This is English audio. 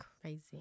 crazy